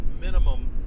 minimum